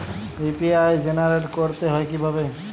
UPI generate করতে হয় কিভাবে?